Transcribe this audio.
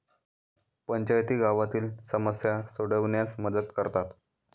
पंचायती गावातील समस्या सोडविण्यास मदत करतात